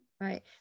Right